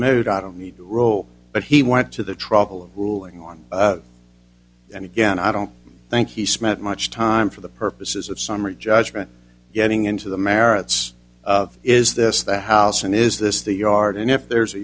moot i don't need role but he went to the trouble of ruling on and again i don't think he spent much time for the purposes of summary judgment getting into the merits of is this the house and is this the yard and if there's a